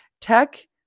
tech